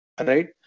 Right